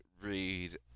read